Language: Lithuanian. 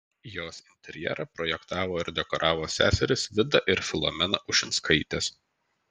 jos interjerą projektavo ir dekoravo seserys vida ir filomena ušinskaitės